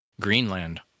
Greenland